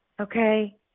Okay